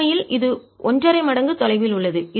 உண்மையில் இது ஒன்றரை மடங்கு தொலைவில் உள்ளது